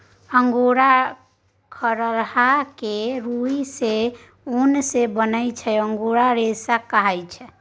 angora खरहा केर रुइयाँ सँ जे उन बनै छै अंगोरा रेशा कहाइ छै